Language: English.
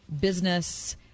business